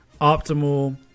optimal